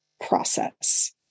process